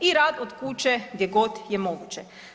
I rad od kuće gdje god je moguće.